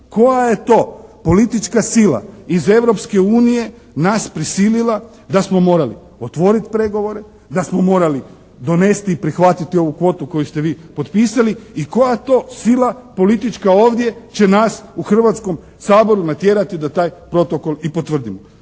koja je to politička sila iz Europske unije nas prisilila da smo morali otvoriti pregovore, da smo morali donesti i prihvatiti ovu kvotu koju ste vi potpisali i koja to sila politička ovdje će nas u Hrvatskom saboru natjerati da taj protokol i potvrdimo.